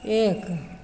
एक